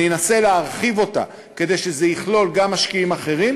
אני אנסה להרחיב אותה כדי שזה יכלול גם משקיעים אחרים,